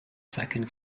second